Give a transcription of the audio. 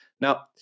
Now